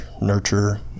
nurture